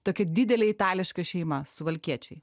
tokia didelė itališka šeima suvalkiečiai